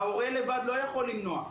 ההורה לבד לא יכול למנוע,